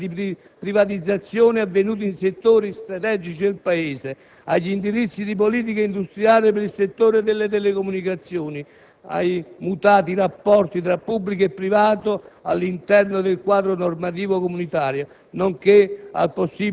quali, ad esempio, quelle inerenti: al bilancio dei processi di privatizzazione avvenuti in settori strategici del Paese; agli indirizzi di politica industriale per il settore delle telecomunicazioni; ai mutati rapporti tra pubblico e privato